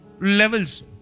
levels